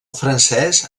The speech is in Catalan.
francès